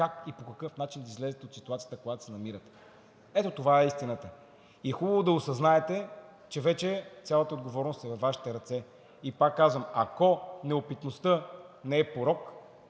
как и по какъв начин да излезете от ситуацията, в която се намирате. Ето това е истината. Хубаво е да осъзнаете, че вече цялата отговорност е във Вашите ръце. Пак казвам: ако неопитността не е порок,